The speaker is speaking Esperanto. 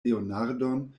leonardon